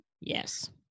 Yes